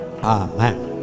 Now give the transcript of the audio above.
Amen